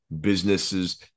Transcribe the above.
businesses